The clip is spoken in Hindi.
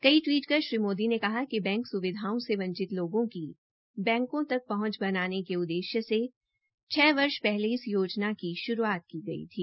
कई टवीट कर श्री मोदी ने कहा कि बैंक स्विधाओं से वंचित लोगों की बैंकों तक पहंच बनाने के उद्देश्य से छ वर्ष पहले इस योजना की श्रूआत की गई थी